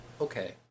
okay